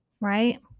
right